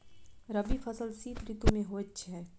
रबी फसल शीत ऋतु मे होए छैथ?